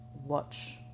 watch